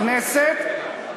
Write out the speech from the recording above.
בכנסת,